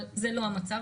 אבל זה לא המצב,